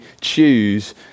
choose